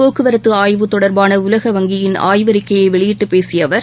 போக்குவரத்துஆய்வு தொடர்பானஉலகவங்கியின் ஆய்வறிக்கையைவெளியிட்டுப் பேசியஅவர்